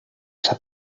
sap